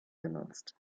genutzt